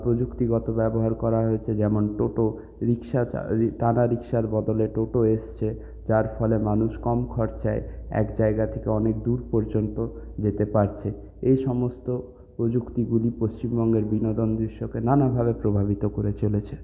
প্রযুক্তিগত ব্যবহার করা হয়েছে যেমন টোটো রিকশা টানা রিকশার বদলে টোটো এসেছে যার ফলে মানুষ কম খরচায় এক জায়গা থেকে অনেক দূর পর্যন্ত যেতে পারছে এই সমস্ত প্রযুক্তিগুলি পশ্চিমবঙ্গের বিনোদন দৃশ্যকে নানাভাবে প্রভাবিত করে চলেছে